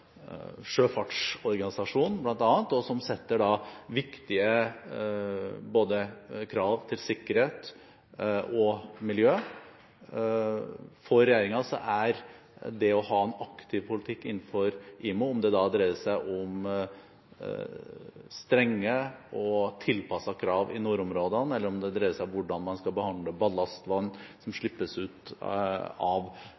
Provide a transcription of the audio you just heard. det viktig å ha en aktiv politikk innenfor IMO – enten det dreier seg om strenge og tilpassede krav i nordområdene, eller om hvordan man skal behandle ballastvann som slippes ut av